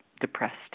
depressed